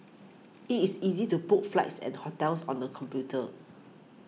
it is easy to book flights and hotels on the computer